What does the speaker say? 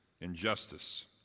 injustice